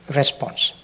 response